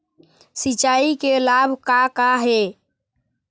सिचाई के लाभ का का हे?